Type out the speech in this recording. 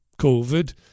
COVID